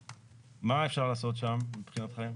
מה אפשר לעשות שם מבחינתכם?